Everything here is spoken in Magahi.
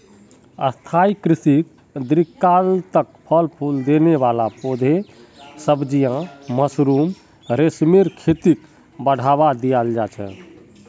स्थाई कृषित दीर्घकाल तक फल फूल देने वाला पौधे, सब्जियां, मशरूम, रेशमेर खेतीक बढ़ावा दियाल जा छे